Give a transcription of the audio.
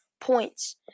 points